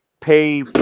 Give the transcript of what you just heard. pay